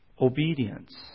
Obedience